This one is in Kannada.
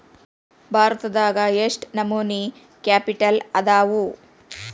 ಭಾರತದಾಗ ಯೆಷ್ಟ್ ನಮನಿ ಕ್ಯಾಪಿಟಲ್ ಅದಾವು?